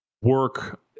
work